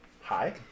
Hi